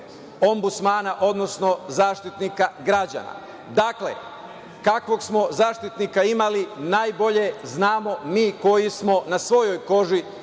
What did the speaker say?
Ombudstmana, odnosno Zaštitnika građana. Dakle, kakvog smo Zaštitnika imali najbolje znamo mi koji smo na svojoj koži